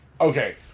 Okay